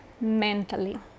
mentally